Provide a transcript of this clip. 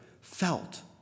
felt